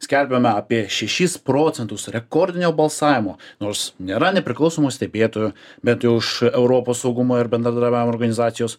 skelbiame apie šešis procentus rekordinio balsavimo nors nėra nepriklausomo stebėtojo bent jau iš europos saugumo ir bendradarbiavimo organizacijos